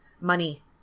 money